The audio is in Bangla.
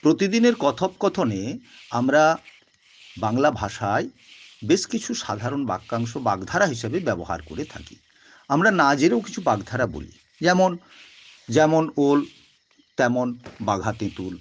প্রতিদিনের কথোপকথনে আমরা বাংলা ভাষায় বেশ কিছু সাধারণ বাক্যাংশ বাগধারা হিসেবে ব্যবহার করে থাকি আমরা না জেনেও কিছু বাগধারা বলি যেমন যেমন ওল তেমন বাঘা তেঁতুল